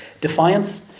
Defiance